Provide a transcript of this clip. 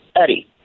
Eddie